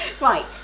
Right